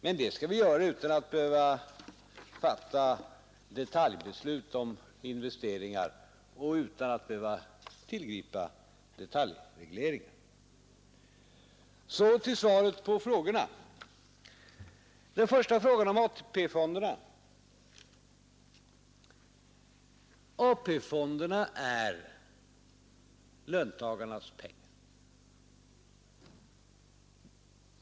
Och det skall vi göra utan att behöva fatta detaljbeslut om investeringar och utan att behöva tillgripa detaljregleringar. Så till svaren på frågorna. Den första frågan gällde AP-fonderna. Pengarna i dem är löntagarnas.